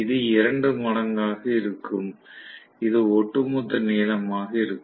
இது 2 மடங்கு ஆக இருக்கும் இது ஒட்டுமொத்த நீளமாக இருக்கும்